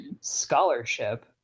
scholarship